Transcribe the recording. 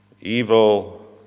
evil